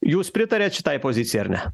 jūs pritariat šitai pozicijai ar ne